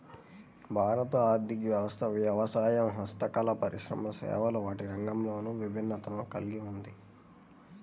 భారత ఆర్ధిక వ్యవస్థ వ్యవసాయం, హస్తకళలు, పరిశ్రమలు, సేవలు వంటి రంగాలతో విభిన్నతను కల్గి ఉంది